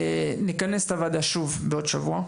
נכנס את הוועדה שוב בעוד שבוע,